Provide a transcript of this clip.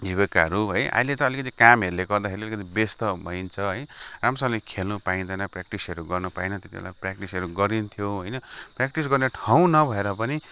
जीविकाहरू है अहिले त अलिकति कामहरूले गर्दाखेरि व्यस्त भइन्छ है राम्रोसँगले खेल्नु पाइँदैन प्र्याक्टिसहरू गर्न पाइँदैन त्यति बेला त प्र्याक्टिसहरू गरिनथ्यो होइन प्र्याक्टिस गर्ने ठाउँ नभएर पनि